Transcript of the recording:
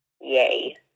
Yay